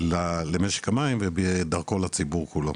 למשק המים ודרכו לציבור כולו.